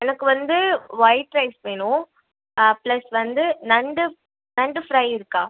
எனக்கு வந்து white rice வேணும் ப்ளஸ் வந்து நண்டு நண்டு ஃப்ரை இருக்கா